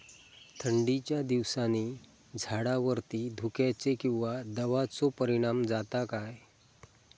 थंडीच्या दिवसानी झाडावरती धुक्याचे किंवा दवाचो परिणाम जाता काय?